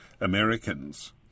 Americans